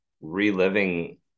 reliving